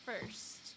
first